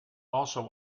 also